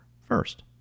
first